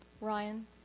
Ryan